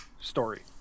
story